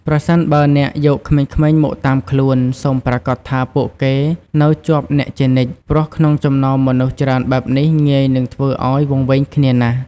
ប្រសិនបើអ្នកយកក្មេងៗមកតាមខ្លួន សូមប្រាកដថាពួកគេនៅជាប់អ្នកជានិច្ច ព្រោះក្នុងចំណោមមនុស្សច្រើនបែបនេះងាយនឹងធ្វើឱ្យវង្វេងគ្នាណាស់។។